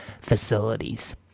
facilities